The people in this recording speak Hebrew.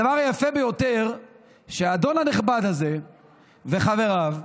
הדבר היפה ביותר הוא שהאדון הנכבד הזה וחבריו אומרים,